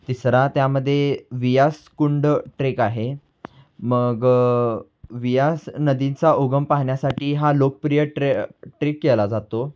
तिसरा त्यामध्ये बियासकुंड ट्रेक आहे मग बियास नदीचा उगम पाहण्यासाठी हा लोकप्रिय ट्रे ट्रेक केला जातो